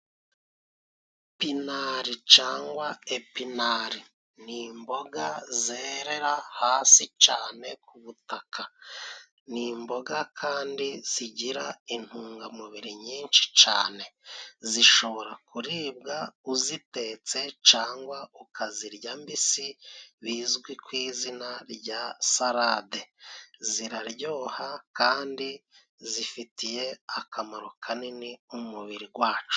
Pinari cangwa epinari， ni imboga zerera hasi cane ku butaka， ni imboga kandi zigira intungamubiri nyinshi cane， zishobora kuribwa uzitetse cangwa ukazirya mbisi bizwi ku izina rya salade. Ziraryoha kandi zifitiye akamaro kanini umubiri gwacu.